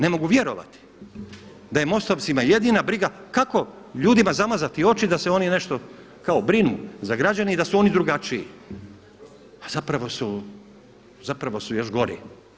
Ne mogu vjerovati da je MOST-ovcima jedina briga kako ljudima zamazati oči da se oni nešto kao brinu za građane i da su oni drugačiji, a zapravo su još gori.